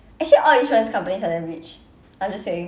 actually all insurance companies are damn rich I'm just saying